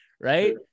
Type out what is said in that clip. right